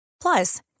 Plus